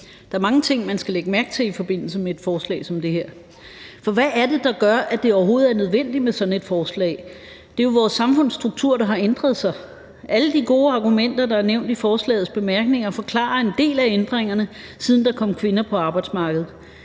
der er mange ting, man skal lægge mærke til i forbindelse med et forslag som det her. For hvad er det, der gør, at det overhovedet er nødvendigt med sådan et forslag? Det er jo vores samfundsstruktur, der har ændret sig. Alle de gode argumenter, der er nævnt i forslagets bemærkninger, forklarer en del af ændringerne, siden der kom kvinder på arbejdsmarkedet.